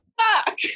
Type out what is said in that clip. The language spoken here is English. Fuck